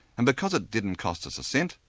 and because it didn't cost us a cent,